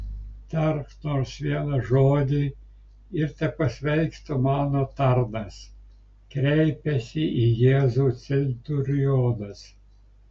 tark nors vieną žodį ir tepasveiksta mano tarnas kreipiasi į jėzų centurionas